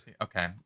Okay